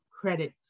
credit